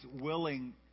willing